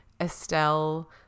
Estelle